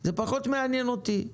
זה פחות מעניין אותי,